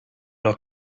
los